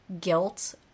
guilt